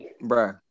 Bro